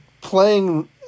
playing